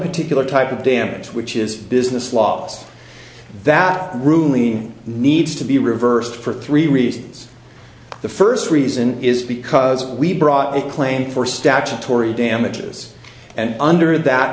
particular type of damage which is business logs that ruling needs to be reversed for three reasons the first reason is because we brought in a claim for statutory damages and under that